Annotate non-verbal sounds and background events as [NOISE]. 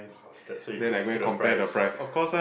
bastard so you took the student price [LAUGHS]